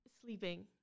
sleeping